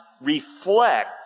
reflect